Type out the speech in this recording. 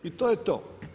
I to je to.